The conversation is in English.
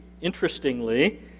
interestingly